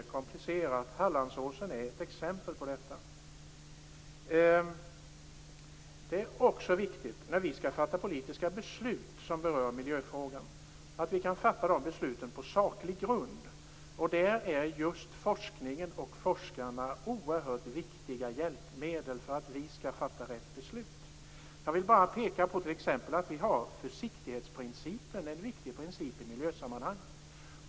Det som skett vid Hallandsåsen är ett exempel på detta. När vi skall fatta politiska beslut som rör miljöfrågor är det också viktigt att vi kan fatta de besluten på saklig grund. Där är just forskningen och forskarna oerhört viktiga hjälpmedel för att vi skall fatta rätt beslut. Jag vill bara peka på ett exempel. Vi har försiktighetsprincipen. Det är en viktig princip i miljösammanhang.